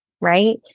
right